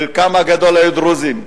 חלקם הגדול היו דרוזים.